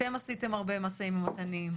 אתם עשיתם הרבה משאים ומתנים,